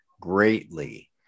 greatly